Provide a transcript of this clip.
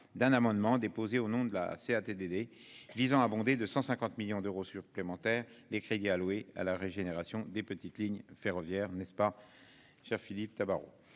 d'un amendement déposé au nom de la Seat TDD visant abondé de 150 millions d'euros supplémentaires. Les crédits alloués à la régénération des petites lignes ferroviaires, n'est-ce pas. Cher Philippe Tabarot.